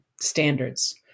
standards